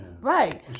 Right